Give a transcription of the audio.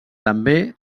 també